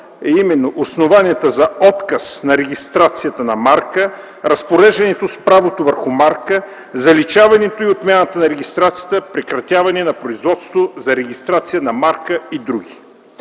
втора) – основанията за отказ на регистрацията на марка, разпореждането с правото върху марка, заличаването и отмяната на регистрацията, прекратяване на производството за регистрация на марка и др.